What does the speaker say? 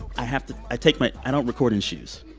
i have to i take my i don't record in shoes